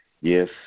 Yes